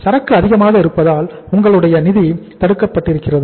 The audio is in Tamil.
சரக்கு அதிகமாக இருப்பதால் உங்களுடைய நிதி தடுக்கப்பட்டிருக்கிறது